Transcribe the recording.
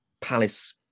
palace